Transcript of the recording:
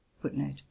Footnote